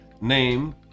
name